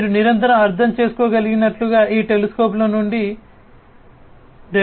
మీరు నిరంతరం అర్థం చేసుకోగలిగినట్లుగా ఈ టెలిస్కోపుల నుండి చాలా డేటా వస్తోంది